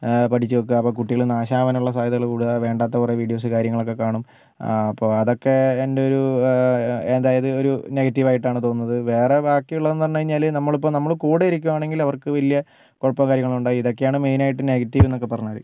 പഠിച്ചു വെക്കാൻ അപ്പം കുട്ടികൾ നാശാവാനുള്ള സാധ്യതകൾ കൂടുതലാണ് വേണ്ടാത്ത കുറെ വീഡിയോസ് കാര്യങ്ങളൊക്കെ കാണും അപ്പോൾ അതൊക്കെ എൻ്റെയൊരു അതായത് ഒരു നെഗറ്റീവായിട്ടാണു തോന്നുന്നത് വേറെ ബാക്കിയുള്ളതെന്നു പറഞ്ഞു കഴിഞ്ഞാൽ നമ്മളിപ്പോൾ നമ്മൾ കൂടെയിരിക്കുവാണെങ്കിൽ അവർക്ക് വലിയ കുഴപ്പമോ കാര്യങ്ങളോ ഉണ്ടാകില്ല ഇതൊക്കെയാണ് മെയിനായിട്ട് നെഗറ്റീവെന്നൊക്കെ പറഞ്ഞാൽ